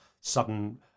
sudden